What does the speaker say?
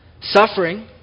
Suffering